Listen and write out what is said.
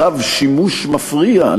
צו שימוש מפריע,